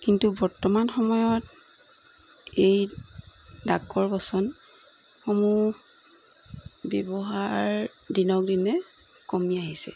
কিন্তু বৰ্তমান সময়ত এই ডাকৰ বচনসমূহ ব্যৱহাৰ দিনক দিনে কমি আহিছে